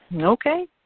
Okay